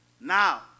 Now